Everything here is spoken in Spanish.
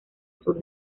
sur